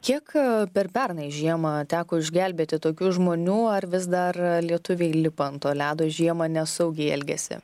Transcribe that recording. kiek per pernai žiemą teko išgelbėti tokių žmonių ar vis dar lietuviai lipa ant to ledo žiemą nesaugiai elgiasi